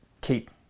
keep